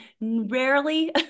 rarely